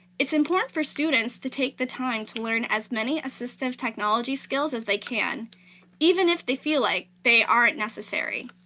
it's important for students to take the time to learn as many assistive technology skills as they can even if they feel like they aren't necessary.